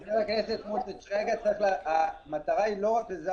חבר הכנסת סמוטריץ', המטרה היא לא רק לזה.